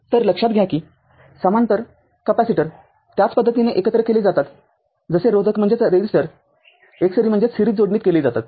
तर लक्षात घ्या की समांतर कॅपेसिटर त्याच पद्धतीने एकत्र केले जातात जसे रोधक एकसरी जोडणीत केले जातात